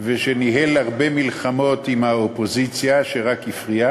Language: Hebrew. ושניהל הרבה מלחמות עם האופוזיציה שרק הפריעה.